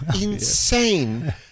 insane